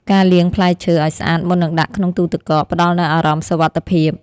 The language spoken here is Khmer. ការលាងផ្លែឈើឱ្យស្អាតមុននឹងដាក់ក្នុងទូទឹកកក ផ្តល់នូវអារម្មណ៍សុវត្ថិភាព។